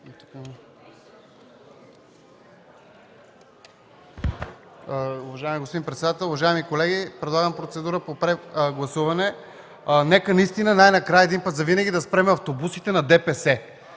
Уважаеми господин председател, уважаеми колеги, предлагам процедура по прегласуване. Нека наистина най-накрая един път завинаги да спрем автобусите на ДПС.